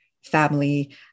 family